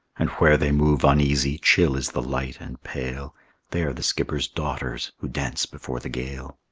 and where they move uneasy, chill is the light and pale they are the skipper's daughters, who dance before the gale.